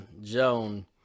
joan